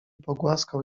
pogłaskał